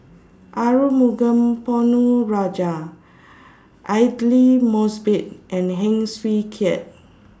Arumugam Ponnu Rajah Aidli Mosbit and Heng Swee Keat